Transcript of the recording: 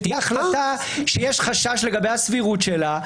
תהיה החלטה שיש חשש לגבי הסבירות שלה,